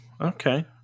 okay